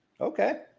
Okay